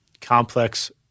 complex